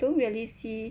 don't really see